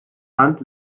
land